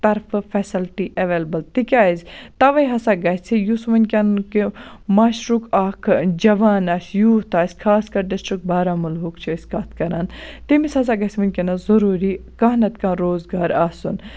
طرفہٕ facility available تِکیٛازِ تَوَے ہَسا گَژھِ یُس وُِنکیٚن کہِ معاشرُک اکھ جَوان آسہِ یوٗتھ آسہِ خاص کَر ڈِسٹرک بارامُلاہُک چھِ أسۍ کتھ کَران تٔمِس ہَسا گَژھِ وُِنکیٚنَس ضروٗری کانٛہہ نَتہٕ کانٛہہ روزگار آسُن